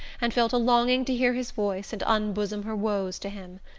and felt a longing to hear his voice and unbosom her woes to him.